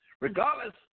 regardless